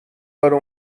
داره